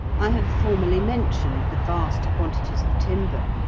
i have formerly mentioned the vast quantities of timber,